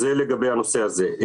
אז זה לגבי הנושא הזה.